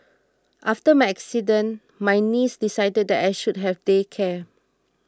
after my accident my niece decided that I should have day care